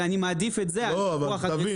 אבל אני מעדיף את זה על פיקוח אגרסיבי.